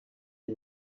die